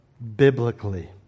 Biblically